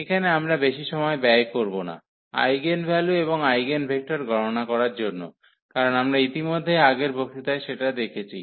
এখানে আমরা বেশি সময় ব্যয় করব না আইগেনভ্যালু এবং আইগেনভেক্টর গণনা করার জন্য কারণ আমরা ইতিমধ্যেই আগের বক্তৃতায় সেটা দেখেছি